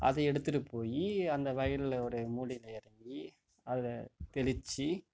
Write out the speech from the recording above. அதை எடுத்துகிட்டு போய் அந்த வயலுடைய மூலையில் இறங்கி அதை தெளிச்சு